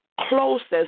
closest